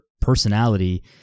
personality